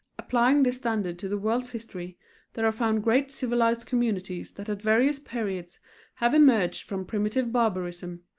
applying this standard to the world's history there are found great civilized communities that at various periods have emerged from primitive barbarism,